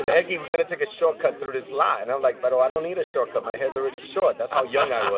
ah eggy, we're going to take a shortcut through this lot. and i'm like, but brother, i don't need a shortcut, my hair's already short. that's how young i